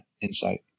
insight